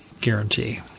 guarantee